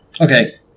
okay